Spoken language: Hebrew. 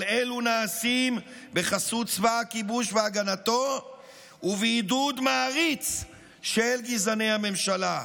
אבל אלו נעשים בחסות צבא הכיבוש והגנתו ובעידוד מעריץ של גזעני הממשלה.